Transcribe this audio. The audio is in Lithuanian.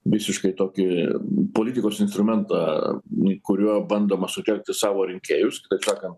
visiškai tokį politikos instrumentą kuriuo bandoma sutelkti savo rinkėjus kitaip sakant